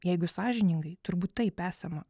jeigu sąžiningai turbūt taip esama